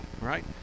right